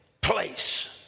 place